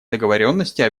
договоренности